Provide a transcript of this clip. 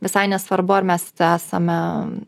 visai nesvarbu ar mes esame